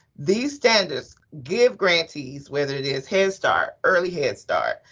these standards give grantees, whether it is head start, early head start,